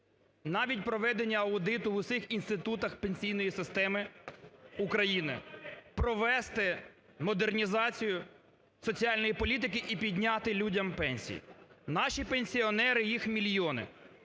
навіть проведення аудиту в усіх інститутах пенсійної системи України, провести модернізації соціальної політики і підняти людям пенсії. Наші пенсіонери, їх мільйони,